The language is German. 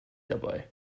dabei